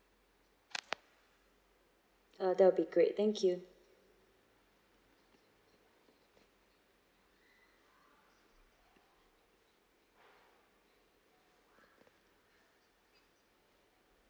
uh that will be great thank you